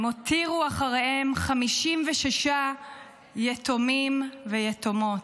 הם הותירו אחריהם 56 יתומים ויתומות.